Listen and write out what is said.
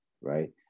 right